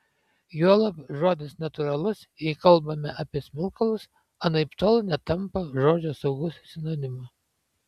juolab žodis natūralus jei kalbame apie smilkalus anaiptol netampa žodžio saugus sinonimu